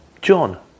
John